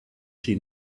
she